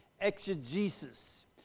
exegesis